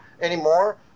anymore